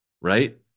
Right